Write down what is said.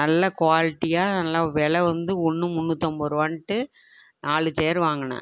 நல்ல குவாலிட்டியாக நல்ல வெலை வந்து ஒன்று முந்நூற்றைம்பது ரூபான்ட்டு நாலு சேர் வாங்கினேன்